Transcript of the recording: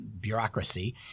bureaucracy